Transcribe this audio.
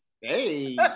Hey